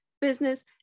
business